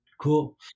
Cool